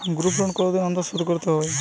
Group loan কতদিন অন্তর শোধকরতে হয়?